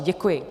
Děkuji.